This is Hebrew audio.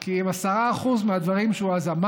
כי אם 10% מהדברים שהוא אמר